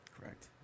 Correct